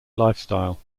lifestyle